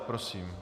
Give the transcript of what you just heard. Prosím.